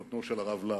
חותנו של הרב לאו.